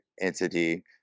entity